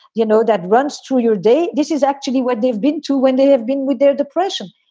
you know, that runs through your day. this is actually what they've been to when they have been with their depression.